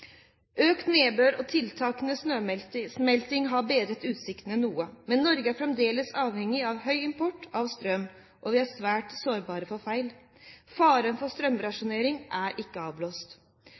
Økt nedbør og tiltakende snøsmelting har bedret utsiktene noe, men Norge er fremdeles avhengig av høy import av strøm, og vi er svært sårbare for feil. Faren for strømrasjonering er ikke avblåst.